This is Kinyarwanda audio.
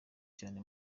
cyane